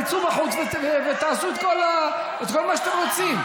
תצאו בחוץ ותעשו כל מה שאתם רוצים,